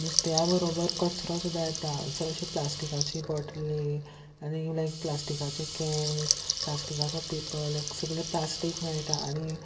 नुस्त्या बरोबर कचरो सुद्दां येता चडशीं प्लास्टिकाची बॉटली आनी लायक प्लास्टिकाचे कॅन्स प्लास्टिकाचो पेपर लायक सगले प्लास्टीक मेयटा आनी